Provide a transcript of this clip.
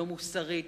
לא מוסרית,